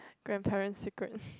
grandparents secret